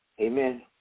Amen